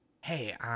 hey